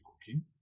cooking